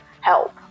help